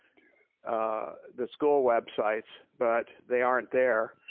ah the school websites, but they aren't there.